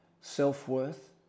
Self-worth